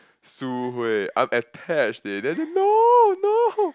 Su-Hui I am attached leh then they no no